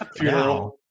Now